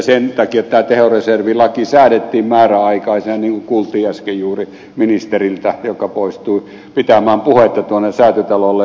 sen takia tämä tehoreservilaki säädettiin määräaikaisena niin kuin äsken juuri kuultiin ministeriltä joka poistui pitämään puhetta tuonne säätytalolle